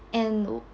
and o~